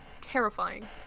terrifying